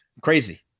crazy